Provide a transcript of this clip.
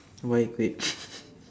why you quit